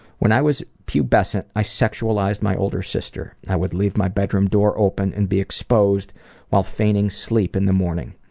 when i was pubescent i sexualized my older sister. i would leave my bedroom door open and be exposed while feigning sleep in the morning.